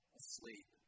asleep